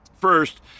First